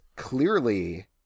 clearly